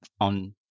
on